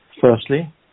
Firstly